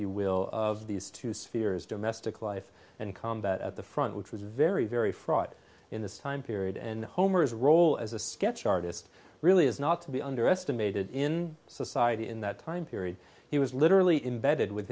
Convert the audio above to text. you will of these two spheres domestic life and combat at the front which was very very fraught in this time period and homer's role as a sketch artist really is not to be underestimated in society in that time period he was literally imbedded with